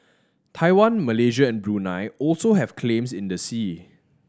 Taiwan Malaysia and Brunei also have claims in the sea